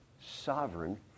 sovereign